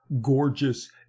gorgeous